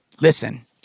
listen